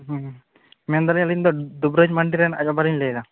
ᱢᱮᱱ ᱮᱫᱟ ᱞᱤᱧ ᱟᱹᱞᱤᱧ ᱫᱚ ᱫᱩᱵᱩᱨᱟᱡᱽ ᱢᱟᱱᱰᱤ ᱨᱮᱱ ᱟᱡ ᱵᱟᱵᱟ ᱞᱤᱧ ᱞᱟᱹᱭᱮ ᱮᱫᱟ